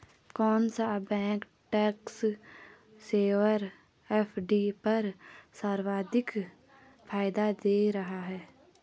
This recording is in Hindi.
कौन सा बैंक टैक्स सेवर एफ.डी पर सर्वाधिक फायदा दे रहा है?